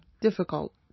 difficult